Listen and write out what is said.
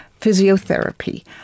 Physiotherapy